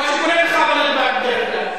מה שקורה לך בנתב"ג בדרך כלל.